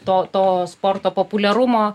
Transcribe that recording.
to to sporto populiarumo